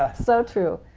ah so true.